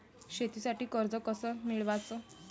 शेतीसाठी कर्ज कस मिळवाच?